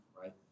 right